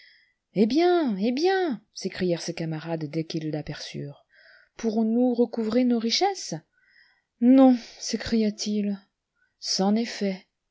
eh bien eh bien s'écrièrent ses camarades dès qu'ils l'aperçurent pourrons-nous recouvrer nos richesses non s'écria-t-il c'en est fait